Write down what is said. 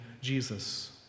Jesus